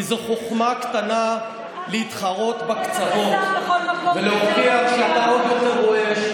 כי זו חוכמה קטנה להתחרות בקצוות ולהוכיח שאתה עוד יותר רועש,